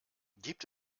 gibt